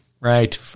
right